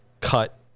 cut